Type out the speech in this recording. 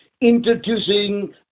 Introducing